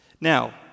Now